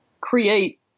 create